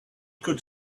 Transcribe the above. could